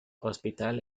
hospital